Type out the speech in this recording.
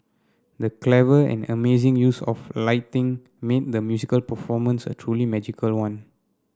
the clever and amazing use of lighting made the musical performance a truly magical one